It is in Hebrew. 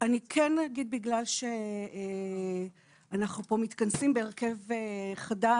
אני כן אגיד בגלל שאנחנו מתכנסים פה בהרכב חדש.